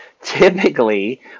typically